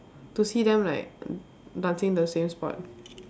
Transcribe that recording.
to see them like dancing in the same spot